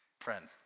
Friend